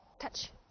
Touch